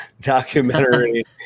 documentary